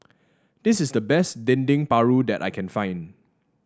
this is the best Dendeng Paru that I can find